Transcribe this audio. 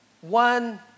One